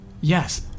Yes